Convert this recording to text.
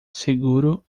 seguro